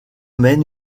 mène